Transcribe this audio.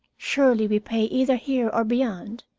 surely we pay either here or beyond,